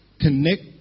Connect